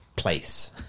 place